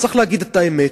וצריך להגיד את האמת,